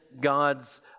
God's